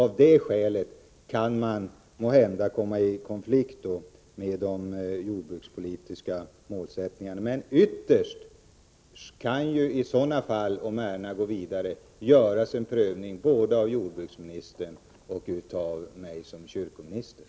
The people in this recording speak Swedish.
Av det skälet kan man måhända komma i konflikt med de jordbrukspolitiska målen. Om ärendena går vidare kan en prövning ytterst göras både av jordbruksministern och av mig som kyrkominister.